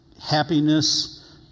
happiness